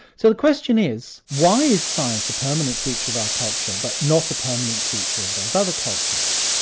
so the question is, why is science a permanent feature of our culture, but not a permanent feature of those other cultures.